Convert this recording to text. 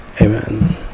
amen